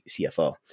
CFO